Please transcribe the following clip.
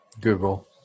Google